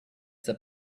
that